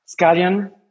scallion